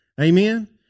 Amen